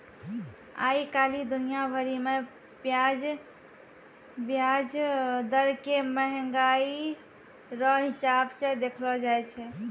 आइ काल्हि दुनिया भरि मे ब्याज दर के मंहगाइ रो हिसाब से देखलो जाय छै